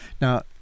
Now